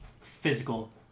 physical